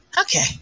Okay